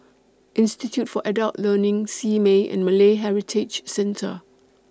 Institute For Adult Learning Simei and Malay Heritage Centre